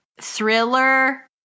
thriller